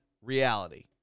Reality